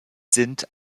sind